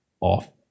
off